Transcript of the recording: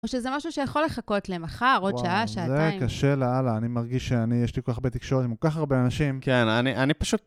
או שזה משהו שיכול לחכות למחר, עוד שעה, שעתיים. זה קשה לאללה, אני מרגיש שיש לי כל כך הרבה תקשורת עם כל כך הרבה אנשים. כן, אני פשוט...